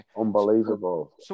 unbelievable